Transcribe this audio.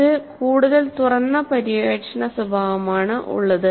ഇതിന് കൂടുതൽ തുറന്ന പര്യവേക്ഷണ സ്വഭാവമാണ് ഉള്ളത്